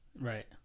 Right